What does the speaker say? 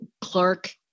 Clark